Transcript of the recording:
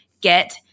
get